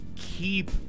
keep